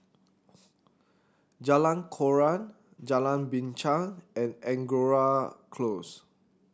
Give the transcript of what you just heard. Jalan Koran Jalan Binchang and Angora Close